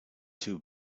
two